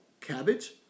cabbage